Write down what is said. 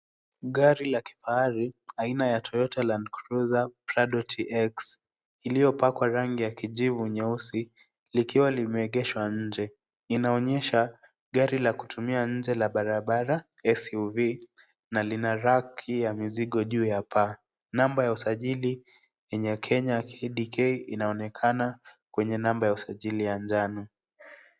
Gari la kifahari aina ya Toyota Landcruiser Prado TX iliyopakwa rangi ya kijivu nyeusi likiwa limeegeshwa nje. Inaonyesha gari la kutumia nje ya barabara, SUV, na lina raki ya mizigo juu ya paa. Namba ya usajili yenye Kenya, KDK, inaonekana kwenye namba ya usajili ya njano.